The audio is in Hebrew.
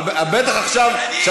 אבל בטח עכשיו,